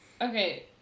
Okay